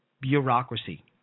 bureaucracy